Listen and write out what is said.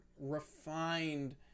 refined